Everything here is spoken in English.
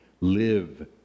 live